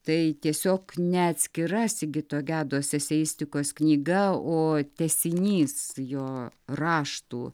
tai tiesiog neatskira sigito gedos seseistikos knyga o tęsinys jo raštų